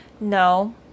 No